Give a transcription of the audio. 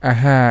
Aha